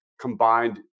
combined